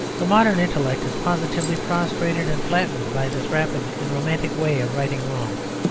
the modern intellect is positively prostrated and flattened by this rapid and romantic way of righting wrongs.